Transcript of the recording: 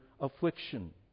affliction